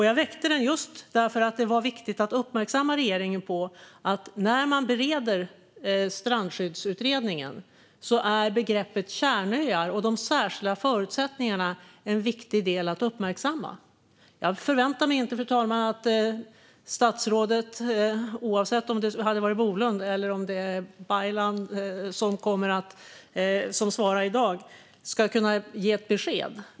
Jag väckte den just för att det var viktigt att uppmärksamma regeringen på att när man bereder Strandskyddsutredningen är begreppet kärnöar och de särskilda förutsättningarna en viktig del att uppmärksamma. Jag förväntar mig inte, fru talman, att statsrådet Baylan i dag - eller statsrådet Bolund, som interpellationen ställdes till - ska kunna ge ett besked.